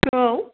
औ